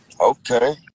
Okay